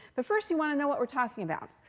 but first, you want to know what we're talking about.